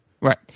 Right